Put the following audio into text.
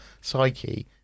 psyche